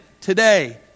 today